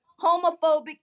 homophobic